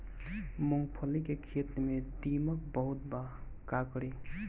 मूंगफली के खेत में दीमक बहुत बा का करी?